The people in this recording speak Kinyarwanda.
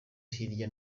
hirya